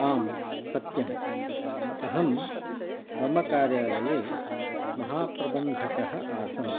आं सत्यम् अहं मम कार्यालये महाप्रबन्धकः आसम्